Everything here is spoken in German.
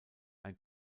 ein